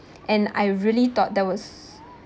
and I really thought that was